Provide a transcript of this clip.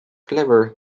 clever